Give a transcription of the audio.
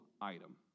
item